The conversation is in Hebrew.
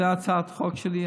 זאת הצעת החוק שלי.